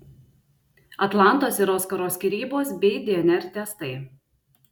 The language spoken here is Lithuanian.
atlantos ir oskaro skyrybos bei dnr testai